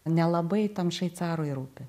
nelabai tam šveicarui rūpi